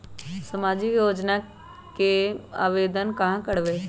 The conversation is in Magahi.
सामाजिक क्षेत्र के योजना में आवेदन कहाँ करवे?